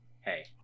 hey